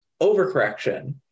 overcorrection